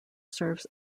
serves